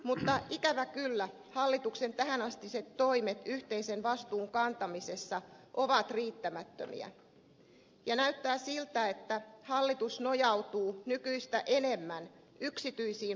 mutta ikävä kyllä hallituksen tähänastiset toimet yhteisen vastuun kantamisessa ovat riittämättömiä ja näyttää siltä että hallitus nojautuu nykyistä enemmän yksityisiin palvelumarkkinoihin